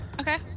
Okay